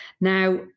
Now